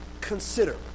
consider